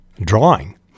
drawing